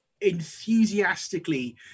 enthusiastically